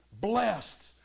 Blessed